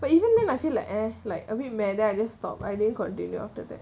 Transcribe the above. but even then I feel like eh like a bit meh then I just stop I didn't continue after that